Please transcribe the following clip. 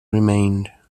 remained